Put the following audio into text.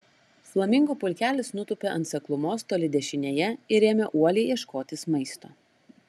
flamingų pulkelis nutūpė ant seklumos toli dešinėje ir ėmė uoliai ieškotis maisto